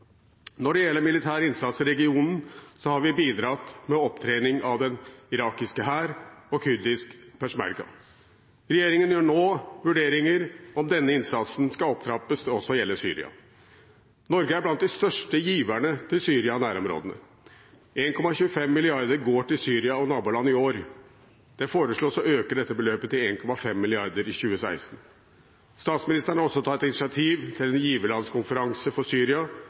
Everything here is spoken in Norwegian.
Når det gjelder militær innsats i regionen, har vi bidratt med opptrening av den irakiske hær og kurdisk peshmerga. Regjeringen gjør nå vurderinger av om denne innsatsen skal opptrappes til også å gjelde Syria. Norge er blant de største giverne til Syria og nærområdene. 1,25 mrd. kr går til Syria og naboland i år. Det foreslås å øke dette beløpet til 1,5 mrd. kr i 2016. Statsministeren har også tatt initiativ til en giverlandskonferanse for Syria,